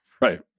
Right